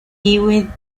hewitt